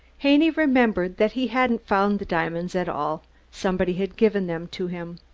haney remembered that he hadn't found the diamonds at all somebody had given them to him.